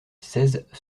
seize